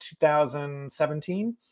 2017